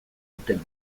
duten